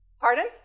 Pardon